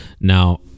Now